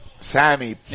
Sammy